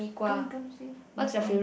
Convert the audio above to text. come come say mee-kuah